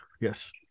Yes